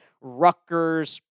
Rutgers